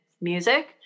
music